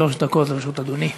שלוש דקות לרשות אדוני.